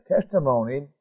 testimony